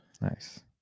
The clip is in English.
Nice